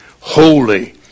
Holy